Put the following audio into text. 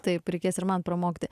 taip reikės ir man pramokti